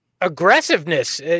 aggressiveness